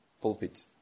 pulpit